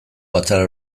batzar